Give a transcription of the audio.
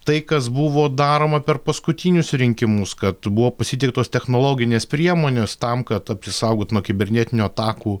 tai kas buvo daroma per paskutinius rinkimus kad buvo pasitelktos technologinės priemonės tam kad apsisaugot nuo kibernetinių atakų